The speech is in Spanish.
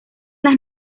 las